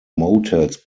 motels